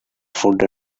food